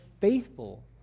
faithful